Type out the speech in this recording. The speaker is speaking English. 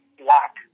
black